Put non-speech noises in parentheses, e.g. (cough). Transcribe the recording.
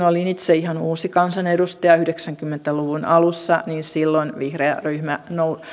(unintelligible) olin itse ihan uusi kansanedustaja yhdeksänkymmentä luvun alussa vihreä ryhmä